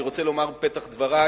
אני רוצה לומר בפתח דברי